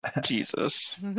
Jesus